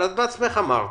אבל את בעצמך אמרת